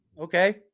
Okay